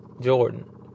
Jordan